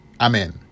amen